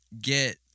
get